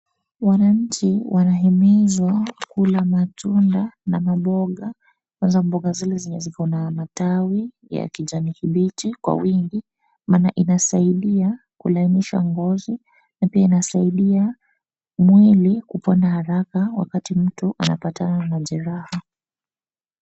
Wananchi wanahimizwa kula matunda na mamboga hasa mboga zile zenye ziko na matawi ya kijani kibichi kwa wingi, maana inasaisia kulainisha ngozi na pia inasaidia mwili kupona haraka wakati mtu anapatana na jeraha.